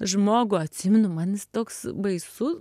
žmogų atsimenu man jis toks baisus